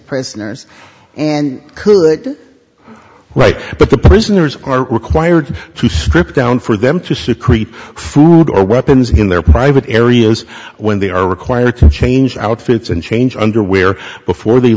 prisoners and could write the prisoners are required to strip down for them to secrete food or weapons in their private areas when they are required to change outfits and change underwear before they